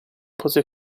pose